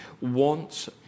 wants